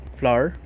flour